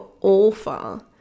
awful